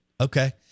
Okay